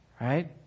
Right